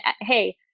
hey